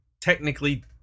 technically